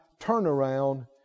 turnaround